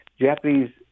Japanese